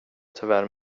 tyvärr